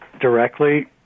directly